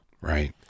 Right